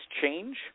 change